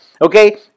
Okay